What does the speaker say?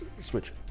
switch